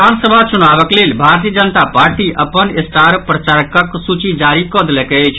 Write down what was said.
विधानसभा चुनावक लेल भारतीय जनता पार्टी अपन स्टार प्रचारकक सूची जारी कऽ देलक अछि